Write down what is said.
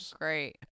great